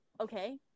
okay